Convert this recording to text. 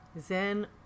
Zen